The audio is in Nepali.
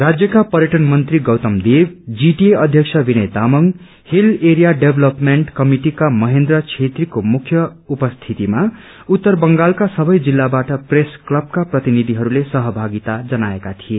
राज्यका पर्यटन मन्त्री गैतम देव जीटीए अध्यक्ष Vinay Tamang hill area development कमिटिका महेन्द्र छेत्रीको मुख्य उपस्थितिमा उत्तर बंगालका सबै जिल्लाबाट प्रेस क्लबका प्रतिनिधिहरूले सहभागिता जनाएका थिए